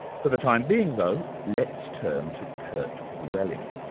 for the time being though let's turn to kurt grelling.